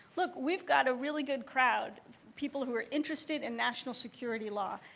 look, we've got a really good crowd people who are interested in national security law.